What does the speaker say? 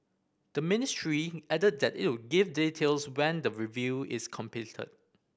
the ministry added that it would give details when the review is completed